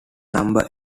number